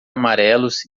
amarelos